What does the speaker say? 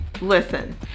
Listen